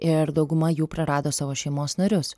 ir dauguma jų prarado savo šeimos narius